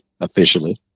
officially